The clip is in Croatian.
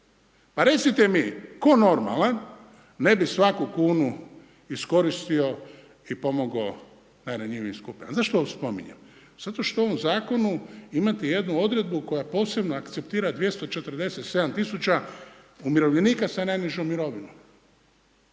Pa recite mi tko normalan ne bi svaku kunu iskoristio i pomogao najranjivijim skupinama. Zašto ovo spominjem? Zato što u ovom zakonu imate jednu odredbu koja posebno akceptira 247 tisuća umirovljenika sa najnižom mirovinom.